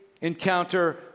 Encounter